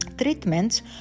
treatments